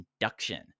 induction